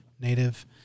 native—